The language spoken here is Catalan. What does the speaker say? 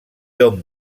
hom